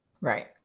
Right